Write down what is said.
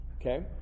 Okay